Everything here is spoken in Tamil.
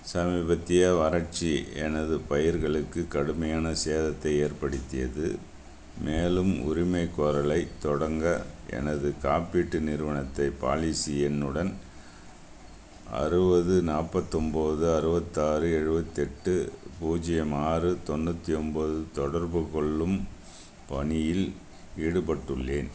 சமீபத்திய வறட்சி எனது பயிர்களுக்கு கடுமையான சேதத்தை ஏற்படுத்தியது மேலும் உரிமைக்கோரலை தொடங்க எனது காப்பீட்டு நிறுவனத்தை பாலிசி எண்ணுடன் அறுபது நாற்பத்து ஒன்போது அறுபத்து ஆறு எழுபத்து எட்டு பூஜ்ஜியம் ஆறு தொண்ணூற்றி ஒன்போது தொடர்புகொள்ளும் பணியில் ஈடுபட்டுள்ளேன்